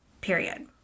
period